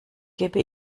gebe